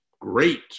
great